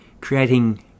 creating